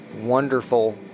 wonderful